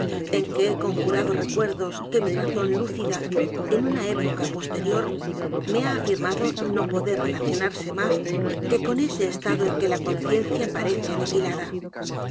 en que he conjurado recuerdos que mi razón lúcida en una época posterior me ha afirmado no poder relacionarse más que con este estado en que la conciencia parece aniquilada